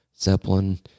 Zeppelin